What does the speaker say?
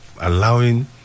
allowing